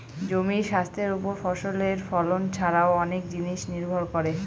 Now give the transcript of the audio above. জমির স্বাস্থ্যের ওপর ফসলের ফলন ছারাও অনেক জিনিস নির্ভর করে